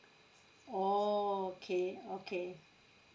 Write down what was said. oh okay okay